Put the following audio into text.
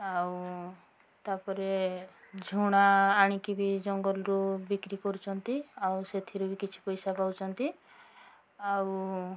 ଆଉ ତା'ପରେ ଝୁଣା ଆଣିକି ବି ଜଙ୍ଗଲରୁ ବିକ୍ରି କରୁଛନ୍ତି ଆଉ ସେଥିରୁ ବି କିଛି ପଇସା ପାଉଛନ୍ତି ଆଉ